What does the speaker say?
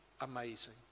amazing